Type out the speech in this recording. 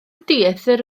dieithr